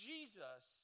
Jesus